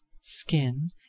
skin